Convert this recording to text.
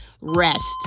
rest